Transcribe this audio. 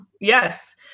Yes